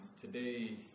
today